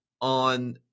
on